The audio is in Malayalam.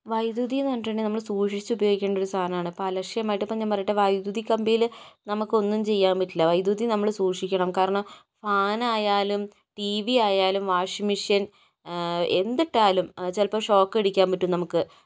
വൈദ്യുതിയെന്ന് പറഞ്ഞിട്ടുണ്ടേ നമ്മൾ സൂക്ഷിച്ച് ഉപയോഗിക്കേണ്ട ഒരു സാധനമാണ് ഇപ്പം അലക്ഷ്യമായിട്ട് ഇപ്പം ഞാൻ പറയട്ടേ വൈദ്യുതി കമ്പിയിൽ നമുക്കൊന്നും ചെയ്യാൻ പറ്റില്ല വൈദ്യുതി നമ്മൾ സൂക്ഷിക്കണം കാരണം ഫാനായാലും ടി വി ആയാലും വാഷിംഗ് മഷീൻ എന്തിട്ടാലും ചിലപ്പോൾ ഷോക്കടിക്കാൻ പറ്റും നമുക്ക്